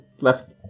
Left